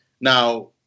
Now